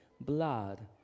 blood